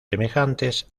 semejantes